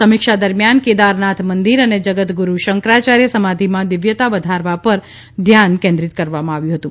સમીક્ષા દરમિયાન કેદારનાથ મંદિર અને જગતગુરૂ શંકરાચાર્ય સમાધિમાં દિવ્યતા વધારવા પર ધ્યાન કેન્દ્રિત કરવામાં આવ્યું હતું